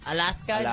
Alaska